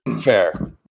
Fair